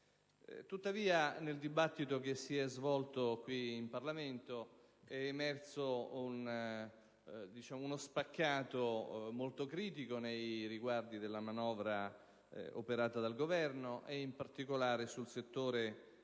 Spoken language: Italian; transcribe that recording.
Tuttavia, nel dibattito che si è svolto in Parlamento è emerso uno spaccato molto critico nei riguardi della manovra operata dal Governo e, in particolare, sul settore del